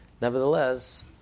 Nevertheless